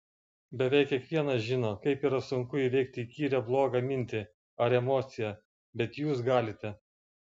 beveik kiekvienas žino kaip yra sunku įveikti įkyrią blogą mintį ar emociją bet jūs galite